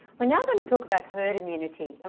we're now going to talk about herd immunity, and